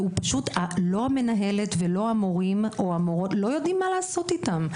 גם המנהלת וגם המורים והמורות לא יודעים מה לעשות איתם.